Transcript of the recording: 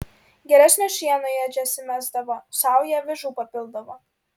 geresnio šieno į ėdžias įmesdavo saują avižų papildavo